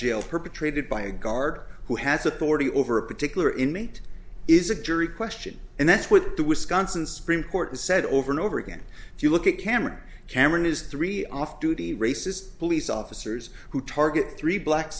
jail perpetrated by a guard who has authority over a particular inmate is a jury question and that's what the wisconsin supreme court has said over and over again if you look at cameron cameron his three off duty racist police officers who target three black